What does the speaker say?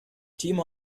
timo